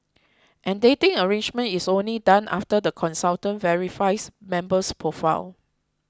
and dating arrangement is only done after the consultant verifies member's profile